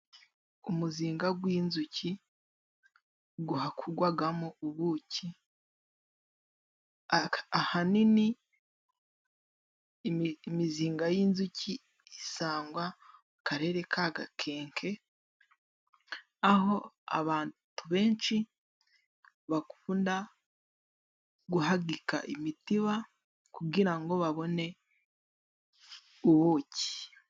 Umuzinga gw' inzuki guhakugwagamo kabuki; ahanini imizinga y'inzuki isangwa mu karere ka gakenke aho abantu benshi bakunda guhagika imitiba kugira ngo babone ubuki.